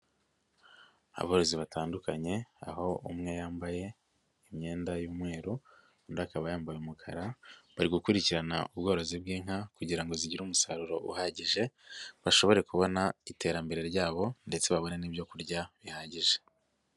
Aborozi batandukanye aho umwe yambaye imyenda y'umweru undi akaba yambaye umukara bari gukurikirana ubworozi bw'inka kugira ngo zigire umusaruro uhagije bashobore kubona iterambere ryabo ndetse babone n'ibyo kurya bihagije.